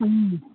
ம்